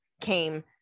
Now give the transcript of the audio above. came